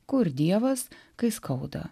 kur dievas kai skauda